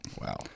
Wow